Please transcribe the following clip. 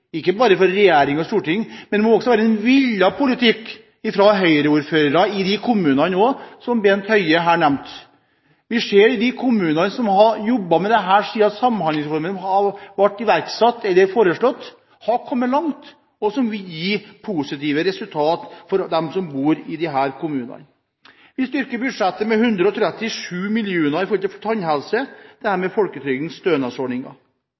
ikke bare for regjering og storting, men det må også være en villet politikk fra Høyre-ordførere i de kommunene som Bent Høie her nevnte. Vi ser at i de kommunene der man har jobbet med dette siden Samhandlingsreformen ble foreslått, har man kommet langt. Det vil gi positive resultater for dem som bor i disse kommunene. Vi styrker budsjettet med 137 mill. kr til tannhelse – dette med folketrygdens stønadsordninger. Vi bruker 21 mill. kr til å styrke refusjon av legemidler. Det